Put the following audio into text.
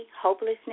Hopelessness